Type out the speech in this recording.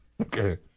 Okay